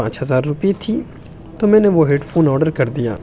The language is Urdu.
پانچ ہزار روپے تھی تو میں نے وہ ہیڈ فون آرڈر کر دیا